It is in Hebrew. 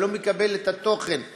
אתה לא מקבל את התוכן מכך.